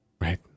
Right